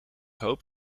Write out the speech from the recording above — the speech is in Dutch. hoop